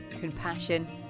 compassion